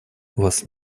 вас